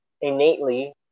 innately